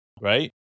right